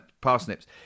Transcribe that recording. parsnips